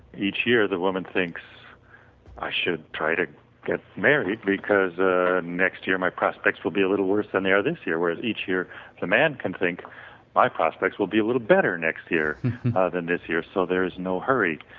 each year the women thinks i should try to get married because ah next year my prospects will be a little worse than they are this year whereas each year the man can think my prospects will be a little better next year ah than this year, so there is no hurry.